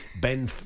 Ben